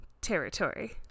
territory